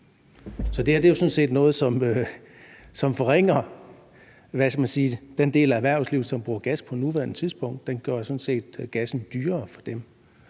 Så det her er sådan set noget, som forringer den del af erhvervslivet, som bruger gas på nuværende tidspunkt, for det gør, at gassen bliver dyrere for dem.